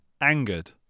angered